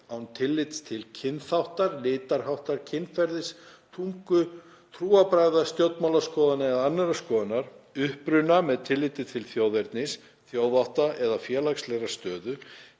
án tillits til kynþáttar, litarháttar, kynferðis, tungu, trúarbragða, stjórnmálaskoðana eða annarra skoðana, uppruna með tilliti til þjóðernis, þjóðhátta eða félagslegrar stöðu,